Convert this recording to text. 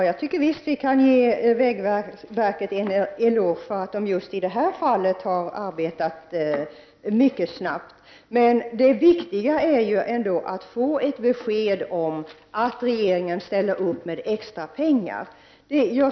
Fru talman! Jo, visst kan vi ge vägverket en eloge för att man just i det här fallet har arbetat mycket snabbt. Men det viktiga är ändå att det kommer ett besked om att regeringen ställer upp med extrapengar.